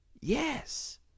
Yes